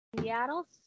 Seattle